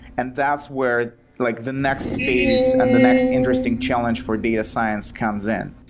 and that's where like the next phase and the next interesting challenge for data science comes in.